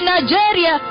Nigeria